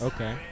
Okay